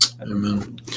Amen